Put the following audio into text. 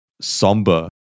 somber